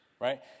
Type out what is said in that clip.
right